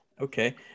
okay